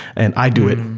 and i do it.